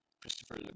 Christopher